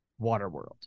Waterworld